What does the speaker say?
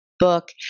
book